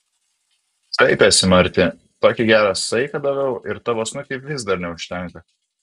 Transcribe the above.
šaipėsi marti tokį gerą saiką daviau ir tavo snukiui vis dar neužtenka